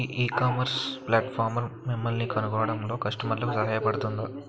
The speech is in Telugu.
ఈ ఇకామర్స్ ప్లాట్ఫారమ్ మిమ్మల్ని కనుగొనడంలో కస్టమర్లకు సహాయపడుతుందా?